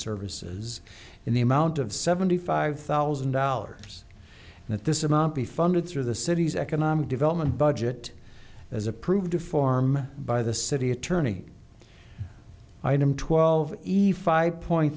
services in the amount of seventy five thousand dollars that this amount be funded through the city's economic development budget as approved form by the city attorney item twelve eve five point